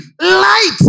light